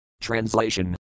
Translation